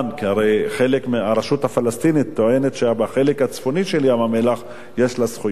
כי הרי הרשות הפלסטינית טוענת שבחלק הצפוני של ים-המלח יש לה זכויות.